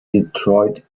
detroit